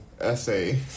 essay